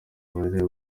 bahereye